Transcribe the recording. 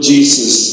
Jesus